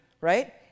right